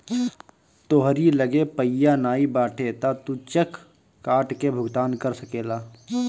तोहरी लगे पइया नाइ बाटे तअ तू चेक काट के भुगतान कर सकेला